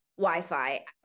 Wi-Fi